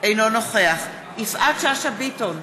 אינו נוכח יפעת שאשא ביטון,